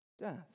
Death